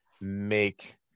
make